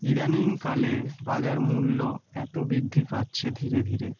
ইদানিংকালে বাজার মূল্য এত বৃদ্ধি পাচ্ছে ধীরে ধীরে